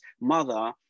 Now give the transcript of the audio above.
mother